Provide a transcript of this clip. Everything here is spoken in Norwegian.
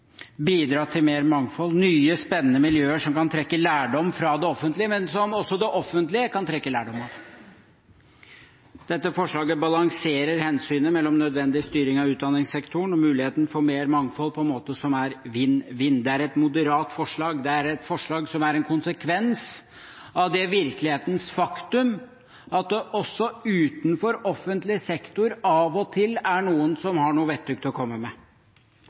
bidra til mer mangfold, nye spennende miljøer som kan trekke lærdom fra det offentlige, men som også det offentlige kan trekke lærdom av. Dette forslaget balanserer hensynet mellom nødvendig styring av utdanningssektoren og muligheten for mer mangfold på en måte som er vinn–vinn. Det er et moderat forslag, et forslag som er en konsekvens av det virkelighetens faktum at det også utenfor offentlig sektor av og til er noen som har noe vettug å komme med.